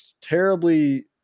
terribly